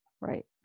right